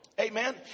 amen